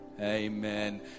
Amen